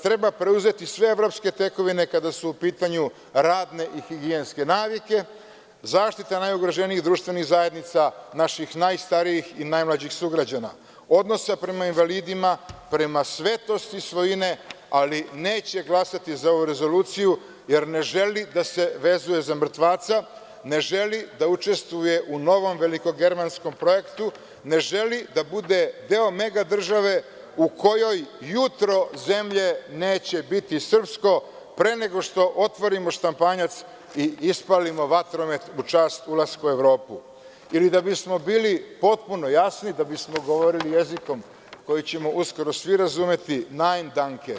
Treba preuzeti sve evropske tekovine kada su u pitanju radne i higijenske navike, zaštita najugroženijih društvenih zajednica, naših najstarijih i najmlađih sugrađana, odnosa prema invalidima, prema svetosti svojine, ali neće glasati za ovu rezoluciju, jer ne želi da se vezuje za mrtvaca, ne želi da učestvuje u novom veliko germanskom projektu, ne želi da bude deo mega države u kojoj jutro zemlje neće biti srpsko, pre nego što otvorimo šampanjac i ispalimo vatromet u čast ulaska u Evropu ili da bismo bili potpuno jasni, da bismo govorili jezikom koji ćemo uskoro svi razumeti - nein danke.